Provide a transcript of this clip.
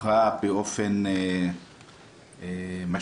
קופחה באופן משמעותי.